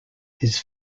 his